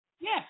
Yes